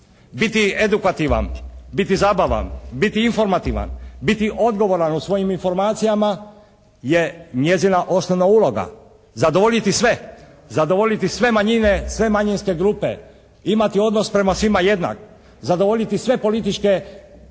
Biti edukativan, biti zabavan, biti informativan, biti odgovoran u svojim informacijama je njezina osnovna uloga. Zadovoljiti sve, zadovoljiti sve manjine, sve manjinske grupe, imati odnos prema svima jednak, zadovoljiti širok politički